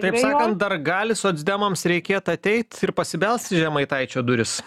taip sakant dar gali socdemams reikėt ateit ir pasibelst į žemaitaičio duris